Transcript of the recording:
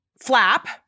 flap